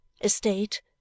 Estate